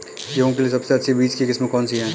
गेहूँ के लिए सबसे अच्छी बीज की किस्म कौनसी है?